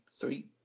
three